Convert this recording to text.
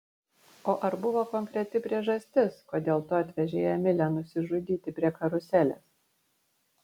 o ar buvo konkreti priežastis kodėl tu atvežei emilę nusižudyti prie karuselės